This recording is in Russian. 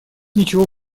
ничего